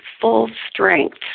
full-strength